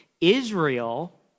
Israel